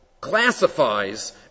classifies